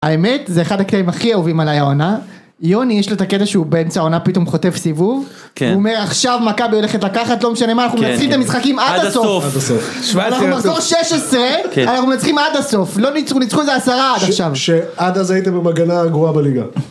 האמת, זה אחד הקטעים הכי אהובים על היא עונה. יוני, יש לו את הקטע שהוא באמצע העונה פתאום חוטף סיבוב. הוא אומר, עכשיו מכבי הולכת לקחת, לא משנה מה, אנחנו מנצחים את המשחקים עד הסוף. עד הסוף. 17-16, אנחנו מנצחים עד הסוף, לא ניצחו, ניצחו איזה עשרה עד עכשיו. שעד אז הייתם ההגנה הגרוע בליגה.